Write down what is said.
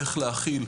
איך להכיל,